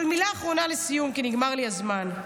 אבל מילה אחרונה לסיום, כי נגמר לי הזמן.